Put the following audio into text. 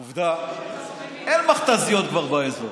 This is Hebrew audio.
עובדה, אין מכת"זיות כבר באזור.